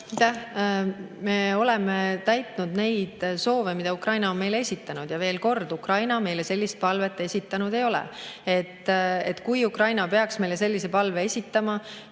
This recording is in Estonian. Me oleme täitnud neid soove, mida Ukraina on meile esitanud, ja veel kord: Ukraina meile sellist palvet esitanud ei ole. Kui Ukraina peaks meile sellise palve esitama,